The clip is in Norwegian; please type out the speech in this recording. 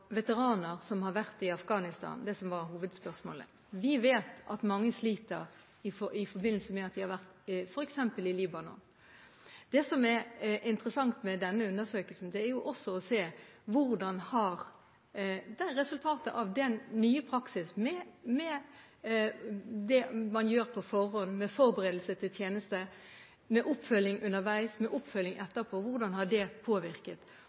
veteraner som har vært i Afghanistan – det som var hovedspørsmålet. Vi vet at mange sliter i forbindelse med at de har vært f.eks. i Libanon. Det som er interessant med denne undersøkelsen, er også å se hvordan resultatet av den nye praksis – det man gjør på forhånd av forberedelser til tjeneste, oppfølging underveis og oppfølging etterpå – har påvirket. Det kan tyde på at det har påvirket